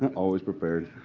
and always prepared.